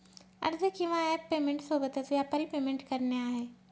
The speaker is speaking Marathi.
अर्ज किंवा ॲप पेमेंट सोबतच, व्यापारी पेमेंट करणे आहे